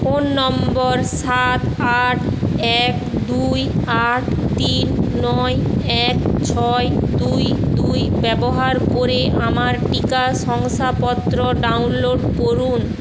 phone নম্বর সাত আট এক দুই আট তিন নয় এক ছয় দুই দুই ব্যবহার করে আমার টিকা শংসাপত্র ডাউনলোড করুন